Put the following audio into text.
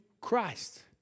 Christ